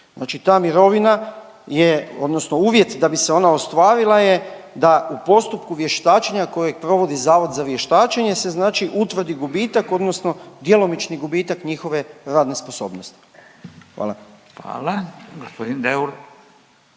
znači ta mirovina je odnosno uvjet da bi se ona ostvarila je da u postupku vještačenja kojeg provodi Zavod za vještačenje se znači utvrdi gubitak odnosno djelomični gubitak njihove radne sposobnosti, hvala.